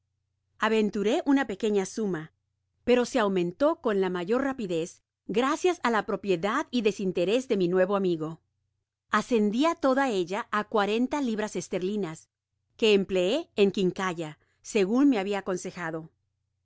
aventuré una pequeña suma pero se aumentó con la mayor rapidez gracias á la propiedad y desinterés de mi nuevo amigo ascendia toda ella á libras esterlinas que empleé en quincalla segun me habia aconsejado